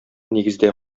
нигездә